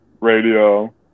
Radio